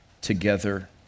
together